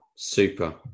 Super